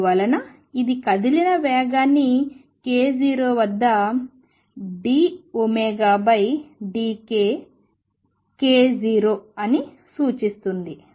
అందువలన ఇది కదిలిన వేగాన్ని k0 వద్ద dωdkk0 అని సూచిస్తుంది